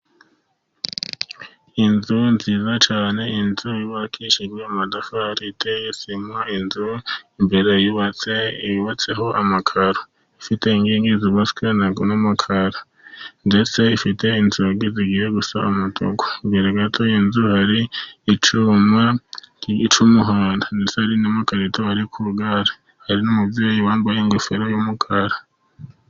Inzu nziza cyane inzu yubakishijwe amatafari iteye sima, inzu imbere yubatse yubatseho amakaro, ifite inkigi zubabatswe n'amakaro ndetse ifite inzugi zigiye gusa n'umutuku imbere gato y'inzu hari icyuma cy'umuhondo, ndetse na makarito ari ku igare hari n'umubyeyi wambaye ingofero y'umukara.